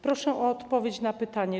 Proszę o odpowiedź na pytania.